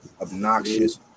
obnoxious